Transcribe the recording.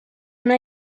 una